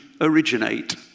originate